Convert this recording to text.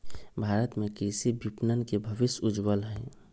भारत में कृषि विपणन के भविष्य उज्ज्वल हई